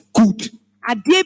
good